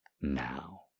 now